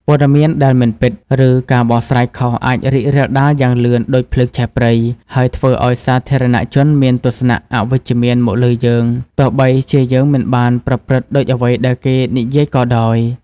ព័ត៌មានដែលមិនពិត ឬការបកស្រាយខុសអាចរីករាលដាលយ៉ាងលឿនដូចភ្លើងឆេះព្រៃ ហើយធ្វើឱ្យសាធារណជនមានទស្សនៈអវិជ្ជមានមកលើយើង ទោះបីជាយើងមិនបានប្រព្រឹត្តដូចអ្វីដែលគេនិយាយក៏ដោយ។